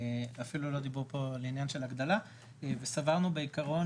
אפילו לא דיברו פה על ענין של הגדלה וסברנו בעיקרון